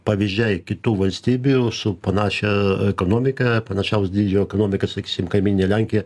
pavyzdžiai kitų valstybių su panašia ekonomika panašaus dydžio ekonomika sakysim kaimyninė lenkija